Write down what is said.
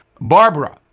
Barbara